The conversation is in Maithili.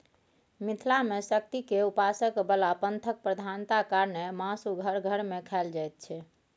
मिथिला मे शक्ति केर उपासक बला पंथक प्रधानता कारणेँ मासु घर घर मे खाएल जाइत छै